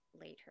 later